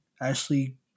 Ashley